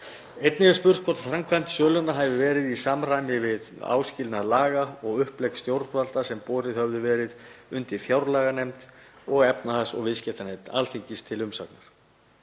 Einnig er spurt hvort framkvæmd sölunnar hafi verið í samræmi við áskilnað laga og upplegg stjórnvalda sem borin höfðu verið undir fjárlaganefnd og efnahags- og viðskiptanefnd Alþingis til umsagnar.